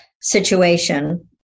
situation